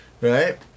right